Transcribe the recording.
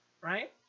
Right